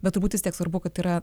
bet turbūt vis tiek svarbu kad yra